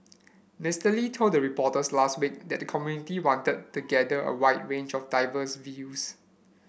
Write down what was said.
Mister Lee told the reporters last week that the committee wanted to gather a wide range of diverse views